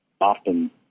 often